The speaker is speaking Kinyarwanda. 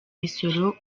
imisoro